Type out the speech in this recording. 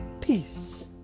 Peace